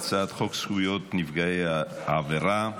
הצעת חוק זכויות נפגעי עבירה,